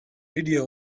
video